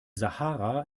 sahara